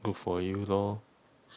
good for you lor